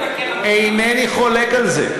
אינני חולק על זה.